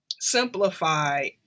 simplify